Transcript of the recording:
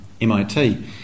MIT